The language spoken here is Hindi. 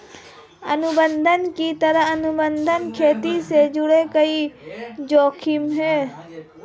अनुबंध की तरह, अनुबंध खेती से जुड़े कई जोखिम है